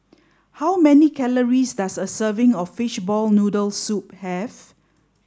how many calories does a serving of fishball noodle soup have